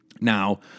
Now